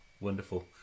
wonderful